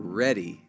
ready